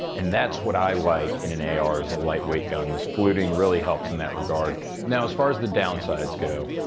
and that's what i like in in a ar, is a lightweight gun. this fluting really helps in that regard. now as far as the downsides go,